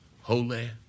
holy